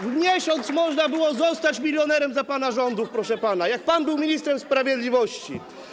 W miesiąc można było zostać milionerem za pana rządów, proszę pana, jak pan był ministrem sprawiedliwości.